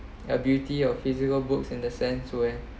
a beauty of physical books in the sense where